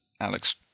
Alex